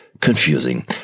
confusing